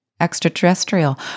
extraterrestrial